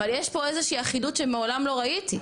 אבל יש פה איזה שהיא אחידות שמעולם לא ראיתי,